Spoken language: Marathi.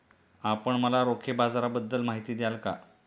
आपण मला रोखे बाजाराबद्दल माहिती द्याल का?